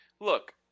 Look